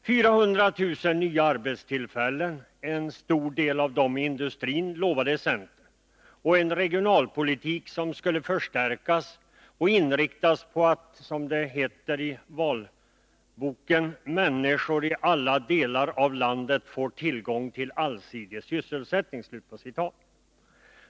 400 000 nya arbetstillfällen, till stor del i industrin, lovade centern, och en regionalpolitik som skulle förstärkas och inriktas på att ”människor i alla delar av landet får tillgång till allsidig sysselsättning”.